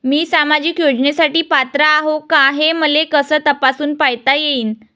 मी सामाजिक योजनेसाठी पात्र आहो का, हे मले कस तपासून पायता येईन?